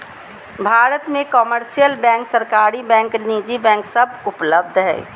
भारत मे commercial bank, सरकारी bank, निजी बैंक सब उपलब्ध हय